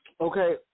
Okay